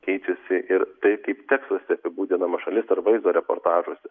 keičiasi ir tai kaip tekstuose apibūdinama šalis ar vaizdo reportažuose